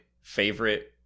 favorite